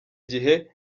gihe